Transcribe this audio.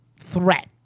threat